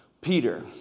Peter